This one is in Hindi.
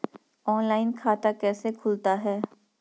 ऑनलाइन खाता कैसे खुलता है?